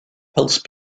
pulse